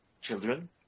children